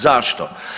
Zašto?